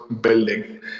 building